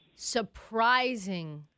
surprising